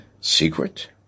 Secret